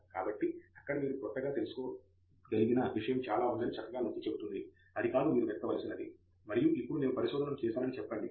కాబట్టి అక్కడ మీరు క్రొత్తగా తెలుసుకోగలిగిన విషయం చాలా ఉందని చక్కగా నొక్కి చెబుతుంది అది కాదు మీరు వెతకవలసినది మరియు ఇప్పుడు నేను పరిశోధన చేశానని చెప్పండి